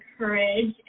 encourage